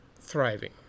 thriving